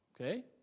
Okay